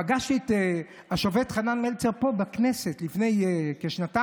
פגשתי את השופט חנן מלצר פה בכנסת לפני כשנתיים.